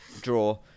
draw